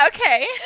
okay